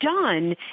done